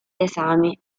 esami